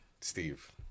Steve